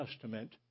Testament